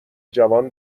جوان